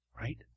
right